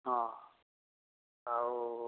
ହଁ ଆଉ